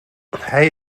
hij